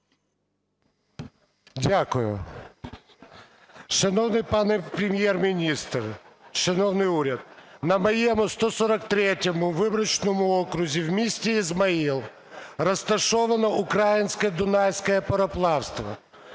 Дякую. Шановний пане Прем'єр-міністр, шановний уряд! На моєму 143 виборчому окрузі в місті Ізмаїл розташовано Українське Дунайське пароплавство.